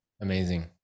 amazing